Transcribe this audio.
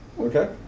Okay